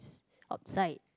outside